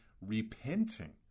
repenting